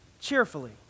cheerfully